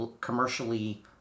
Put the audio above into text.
commercially